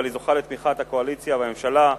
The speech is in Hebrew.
אבל היא זוכה לתמיכת הקואליציה והממשלה.